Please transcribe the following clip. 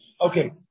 Okay